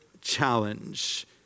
challenge